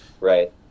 Right